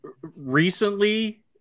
recently